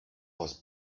was